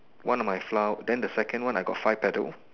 one of my flower then the second one I got five petal